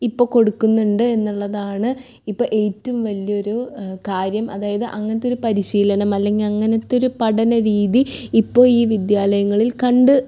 ഇപ്പം കൊടുക്കുന്നുണ്ട് എന്നുള്ളതാണ് ഇപ്പം ഏറ്റം വലിയൊരു കാര്യം അതായത് അങ്ങനത്തെയൊരു പരിശീലനം അല്ലെങ്കിൽ അങ്ങനത്തെയൊരു പഠന രീതി ഇപ്പോൾ ഈ വിദ്യാലയങ്ങളിൽ കണ്ട്